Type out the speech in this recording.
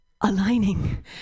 aligning